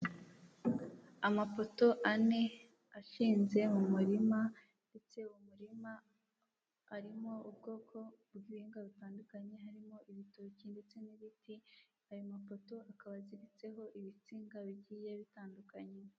Amapoto ane ashinze mu murima ndetse mu murima harimo ubwoko bw'ibihingwa bitandukanye, harimo ibitoki, ndetse n'ibiti, ayo mapoto akaba aziritseho ibitsinga bigiye bitandukanye.